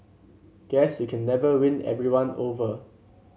guess you can never win everyone over